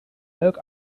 leuk